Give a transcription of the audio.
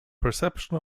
perception